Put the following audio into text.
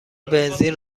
بنزین